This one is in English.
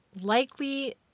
likely